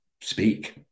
speak